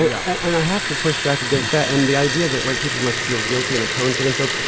yeah and i have to push back against that and the idea that white people must feel guilty and atone for themselves.